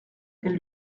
elle